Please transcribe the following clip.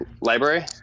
Library